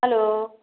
hello